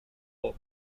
pop